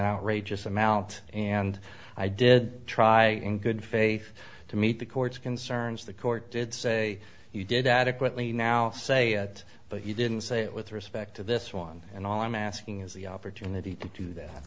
outrageous amount and i did try in good faith to meet the court's concerns the court did say you did adequately now say that but you didn't say it with respect to this one and all i'm asking is the opportunity to do that